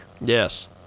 Yes